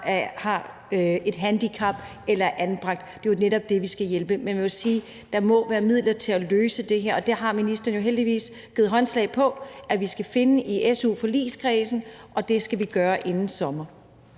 har et handicap eller er anbragt. Det er netop der, vi skal hjælpe. Men jeg må sige, at der må være midler til at løse det her, og det har ministeren jo heldigvis givet håndslag på at vi skal finde i su-forligskredsen, og det skal vi gøre inden sommer.